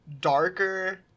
darker